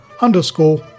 underscore